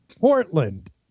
Portland